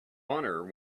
honor